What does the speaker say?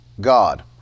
God